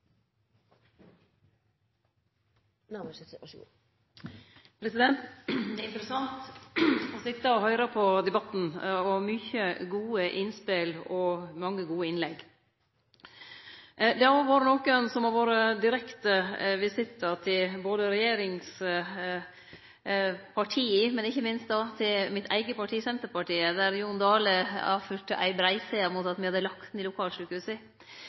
gode innspel og mange gode innlegg. Det har òg vore nokre innlegg som har vore direkte visittar til regjeringspartia, og ikkje minst til mitt eige parti, Senterpartiet, der Jon Georg Dale fyrte av ei breiside mot at me hadde lagt ned